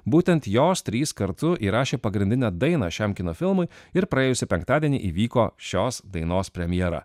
būtent jos trys kartu įrašė pagrindinę dainą šiam kino filmui ir praėjusį penktadienį įvyko šios dainos premjera